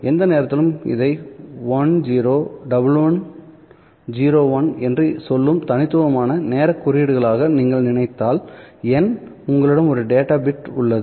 எந்த நேரத்திலும் இதை 101101 என்று சொல்லும் தனித்துவமான நேரக் குறியீடுகளாக நீங்கள் நினைத்தால் n உங்களிடம் ஒரு டேட்டா பிட் உள்ளது